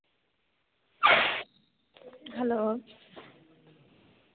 hello